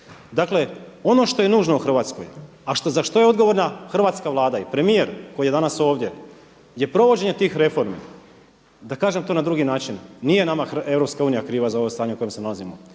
Dakle, ono što je nužno u Hrvatskoj, a za što je odgovorna hrvatska Vlada i premijer koji je danas ovdje, je provođenje tih reformi. Da kažem to na drugi način. Nije nama Europska unija kriva za ovo stanje u kojem se nalazimo.